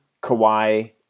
Kawhi